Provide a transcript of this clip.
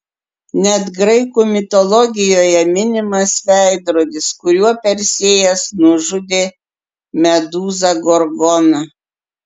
net graikų mitologijoje minimas veidrodis kuriuo persėjas nužudė medūzą gorgoną